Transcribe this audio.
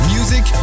Music